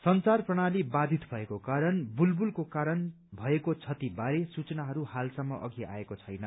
संचार प्रणाली बाधित भएको कारण बुलबुलको कारण भएको क्षति बारे सूचनाहरू हालसम्म अघि आएको छैन